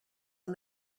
and